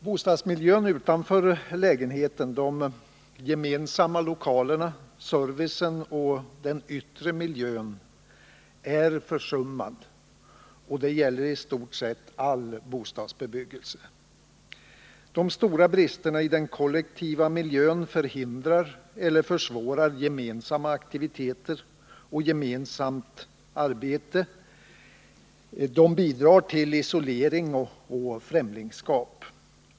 Bostadsmiljön utanför lägenheten dvs. gemensamma lokaler, service och yttre miljö — är försummad. Det gäller i stort sett all bostadsbebyggelse. De stora bristerna i den kollektiva miljön förhindrar eller försvårar gemensamma aktiviteter och gemensamt arbete, vilket i sin tur bidrar till isolering och främlingskap.